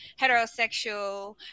heterosexual